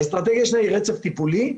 האסטרטגיה השנייה היא רצף טיפולי,